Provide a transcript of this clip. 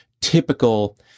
typical